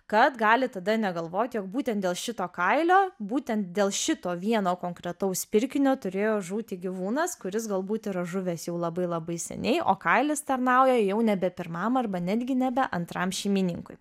kad gali tada negalvoti jog būtent dėl šito kailio būtent dėl šito vieno konkretaus pirkinio turėjo žūti gyvūnas kuris galbūt yra žuvęs jau labai labai seniai o kailis tarnauja jau nebe pirmam arba netgi nebe antram šeimininkui